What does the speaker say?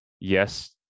yes